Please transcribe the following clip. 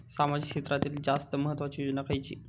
सामाजिक क्षेत्रांतील जास्त महत्त्वाची योजना खयची?